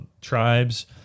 tribes